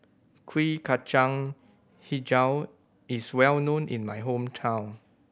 Kuih Kacang Hijau is well known in my hometown